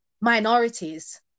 minorities